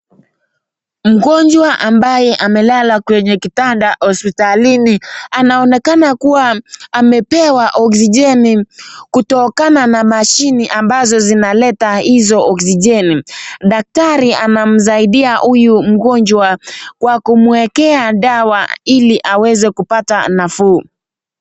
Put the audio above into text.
Mgonjwa ambaye amelala kwenye kitanda hospitalini. Anaonekana kuwa amepewa oksijeni kutokana na mashini ambazo zinaleta hizo oksijeni. Daktari anamsaidia huyu mgonjwa kwa kumuekea dawa ili aweze kupata nafuu.